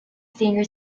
senior